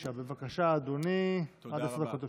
939, בבקשה, אדוני, עד עשר דקות לרשותך.